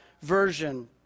version